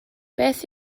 beth